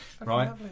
right